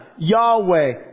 Yahweh